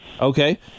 okay